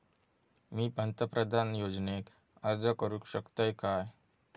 मी पंतप्रधान योजनेक अर्ज करू शकतय काय?